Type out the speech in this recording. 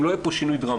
אם לא יהיה שינוי דרמטי.